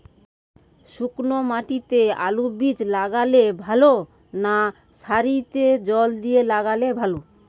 শুক্নো মাটিতে আলুবীজ লাগালে ভালো না সারিতে জল দিয়ে লাগালে ভালো?